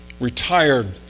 retired